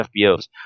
FBOs